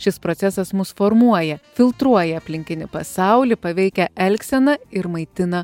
šis procesas mus formuoja filtruoja aplinkinį pasaulį paveikia elgseną ir maitina